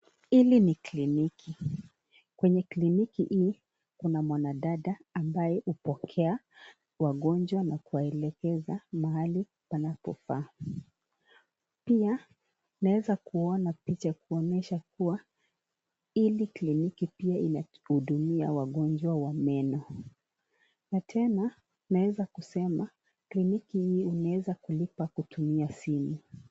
Hili ni kliniki. Kwenye kliniki hii kuna mwanadada ambaye hupokea wagonjwa na kuwaelekeza mahali panapofaa, pia naeza kuona picha kuonesha kuwa hili kliniki pia inahudumia wagonjwa wa meno. Na tena, naweza kusema kliniki hii unaeza kulipa kutumia simu.